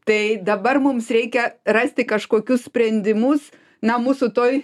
tai dabar mums reikia rasti kažkokius sprendimus na mūsų toj